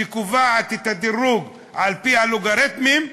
שקובעת את הדירוג על-פי האלגוריתמים,